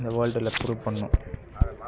இந்த வேர்ல்டில் ப்ரூவ் பண்ணும் அவ்வளோ தான்